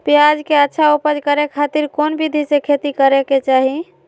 प्याज के अच्छा उपज करे खातिर कौन विधि से खेती करे के चाही?